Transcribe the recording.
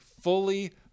fully